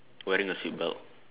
wearing a seatbelt